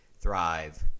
thrive